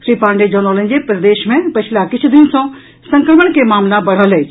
श्री पांडेय जनौलनि जे प्रदेश मे पछिला किछू दिन सँ संक्रमण के मामिला बढ़ल अछि